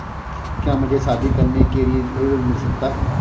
क्या मुझे शादी करने के लिए ऋण मिल सकता है?